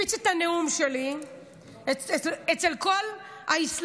הפיץ את הנאום שלי אצל כל האסלאמונאצים.